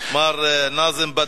מר נאזם בדר.